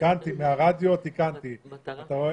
את הנושא,